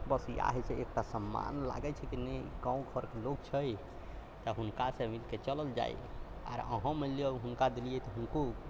बस इएह होइ छै एकटा सम्मान लागै छै कि नहि गाँव घरक लोक छै तऽ हुनकासँ मिलिके चलल जाइ आ अहाँ मानि लियै हुनका देलियै तऽ हुनको